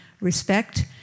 respect